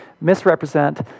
misrepresent